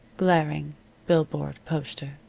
glaring billboard poster,